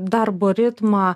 darbo ritmą